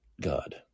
God